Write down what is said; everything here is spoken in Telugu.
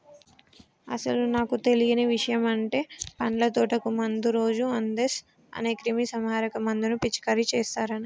అసలు నాకు తెలియని ఇషయమంటే పండ్ల తోటకు మందు రోజు అందేస్ అనే క్రిమీసంహారక మందును పిచికారీ చేస్తారని